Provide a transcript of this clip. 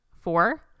four